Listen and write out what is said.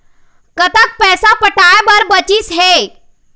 कतक पैसा पटाए बर बचीस हे?